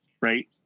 right